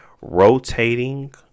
rotating